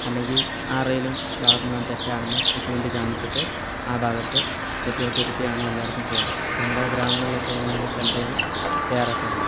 അല്ലെങ്കിൽ ആർടെലും ഭാഗത്തുന്ന് വന്ന തെറ്റാണെന്ന് അത് ചൂണ്ടി കാണിച്ചിട്ട് ആ ഭാഗത്ത് തെറ്റുകൾ തിരുത്തിയാണ് എല്ലായിടത്തും ചെയ്യാർ ഞങ്ങളുടെ ഗ്രാമങ്ങളിലൊക്കെ അങ്ങനാണ് ചില ടൈമിൽ ചെയ്യാറൊക്കെ ഉള്ളത്